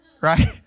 right